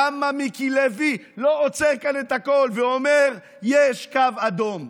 למה מיקי לוי לא עוצר כאן את הכול ואומר: יש קו אדום?